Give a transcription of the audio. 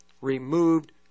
Removed